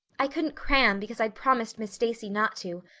i couldn't cram because i'd promised miss stacy not to,